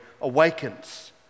awakens